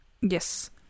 Yes